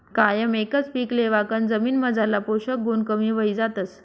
कायम एकच पीक लेवाकन जमीनमझारला पोषक गुण कमी व्हयी जातस